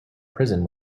prison